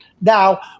Now